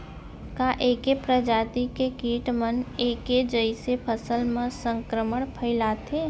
का ऐके प्रजाति के किट मन ऐके जइसे फसल म संक्रमण फइलाथें?